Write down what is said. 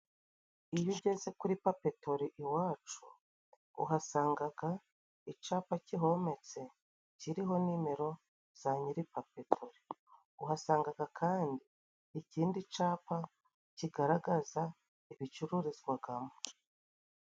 Iyo ugeze kuri papetori Iwacu, uhasangaga icapa kihometse kiriho nimero za nyiri papetori, uhasangaga kandi ikindi capa kigaragaza ibicururizwagamo.